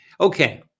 Okay